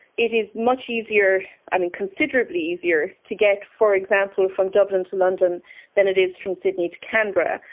it is much easier, considerably easier to get, for example, from dublin to london than it is from sydney to canberra,